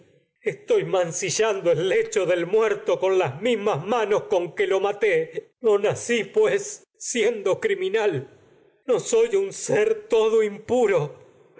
estoy mancillando el manos muerto pues las mismas con que lo maté no nací siendo criminal no soy un ser todo impuro